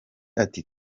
ati